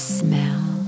smell